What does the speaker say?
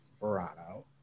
Verano